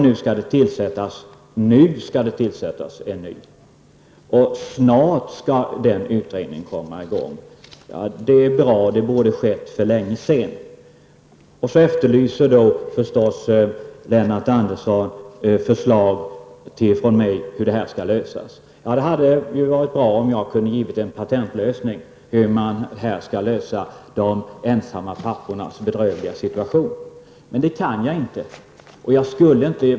Nu skall en ny utredning tillsättas. Snart skall den utredningens arbete komma i gång. Det är bra, men det borde ha skett för länge sedan. Så efterlyser Lennart Andersson förslag från mig på hur frågan skall lösas. Det hade varit bra om jag hade kunnat ge en patentlösning på de ensamstående pappornas bedrövliga situation, men det kan jag inte.